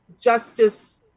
Justice